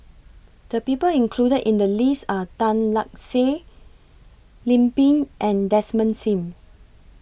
The People included in The list Are Tan Lark Sye Lim Pin and Desmond SIM